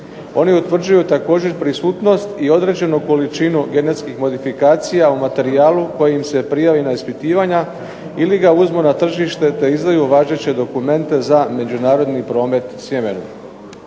Oni utvrđuju također prisutnost i određenu količinu genetskih modifikacija u materijalu koji im se prijavi na ispitivanja ili ga uzmu na tržište te izdaju važeće dokumente za međunarodni promet sjemenu.